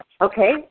Okay